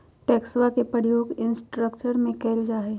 टैक्सवा के प्रयोग इंफ्रास्ट्रक्टर में कइल जाहई